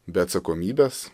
be atsakomybės